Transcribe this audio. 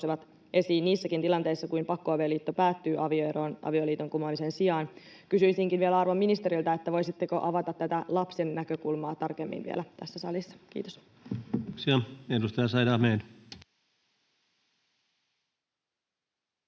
esiin niissäkin tilanteissa, kun pakkoavioliitto päättyy avioeroon avioliiton kumoamisen sijaan. Kysyisinkin vielä arvon ministeriltä: voisitteko vielä avata tätä lapsen näkökulmaa tarkemmin tässä salissa? — Kiitos.